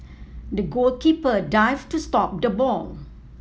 the goalkeeper dived to stop the ball